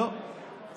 לא, לא.